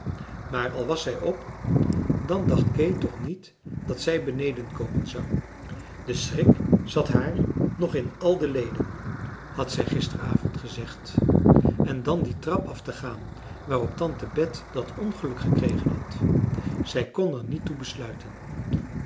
maar al was zij op dan dacht kee toch niet dat zij beneden komen zou de schrik zat haar nog in al de leden had zij gisteravond gezegd en dan die trap af te gaan waarop tante bet dat ongeluk gekregen had zij kon er niet toe besluiten